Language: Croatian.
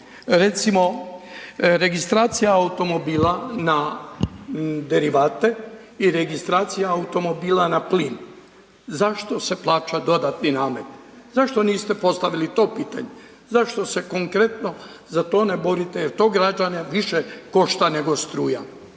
Recimo, registracija automobila na derivate i registracija automobila na plin, zašto se plaća dodatni namet? Zašto niste postavili to pitanje? Zašto se konkretno za to ne borite jer to građane više košta nego struja?